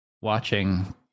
Watching